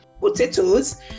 potatoes